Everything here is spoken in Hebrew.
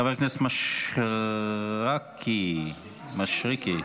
חבר הכנסת משרקי --- מישרקי.